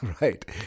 right